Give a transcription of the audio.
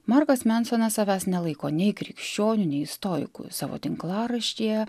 markas mensonas savęs nelaiko nei krikščionių nei stoikų savo tinklaraštyje